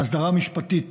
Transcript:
ההסדרה המשפטית